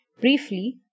Briefly